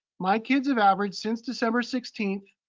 my kids have averaged, since december sixteenth,